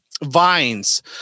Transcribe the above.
Vines